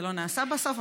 זה לא נעשה בסוף,